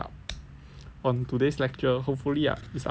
on today's lecture hopefully ah it's uploaded